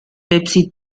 pepsi